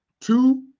two